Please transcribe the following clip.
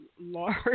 large